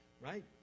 right